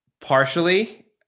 Partially